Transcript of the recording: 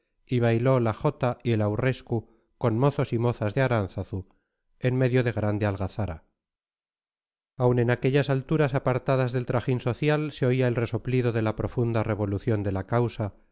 y bailó la jota y el aurresku con mozos y mozas de aránzazu en medio de grande algazara aun en aquellas alturas apartadas del trajín social se oía el resoplido de la profunda revolución de la causa